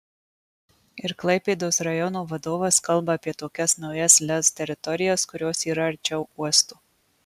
ir klaipėdos rajono vadovas kalba apie tokias naujas lez teritorijas kurios yra arčiau uosto